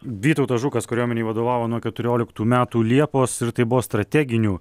vytautas žukas kariuomenei vadovavo nuo keturioliktų metų liepos ir tai buvo strateginių